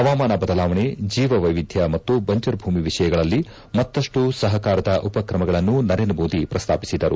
ಹವಾಮಾನ ಬದಲಾವಣೆ ಜೀವವೈವಿದ್ದ ಮತ್ತು ಬಂಜರು ಭೂಮಿ ವಿಷಯಗಳಲ್ಲಿ ಮತ್ತಷ್ಟು ಸಹಕಾರದ ಉಪಕ್ರಮಗಳನ್ನು ನರೇಂದ್ರ ಮೋದಿ ಪ್ರಸ್ನಾಪಿಸಿದರು